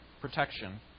protection